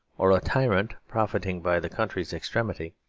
or a tyrant profiting by the country's extremity,